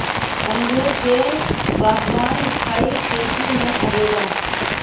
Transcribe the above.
अंगूर के बागवानी स्थाई खेती में आवेला